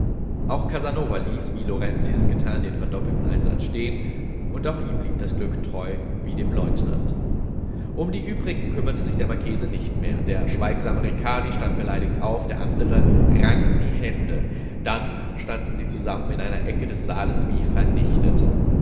auch casanova ließ wie lorenzi es getan den verdoppelten einsatz stehen und auch ihm blieb das glück treu wie dem leutnant um die übrigen kümmerte sich der marchese nicht mehr der schweigsame ricardi stand beleidigt auf der andre rang die hände dann standen sie zusammen in einer ecke des saales wie vernichtet